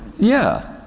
yeah.